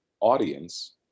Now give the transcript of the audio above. audience